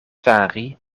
fari